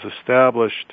established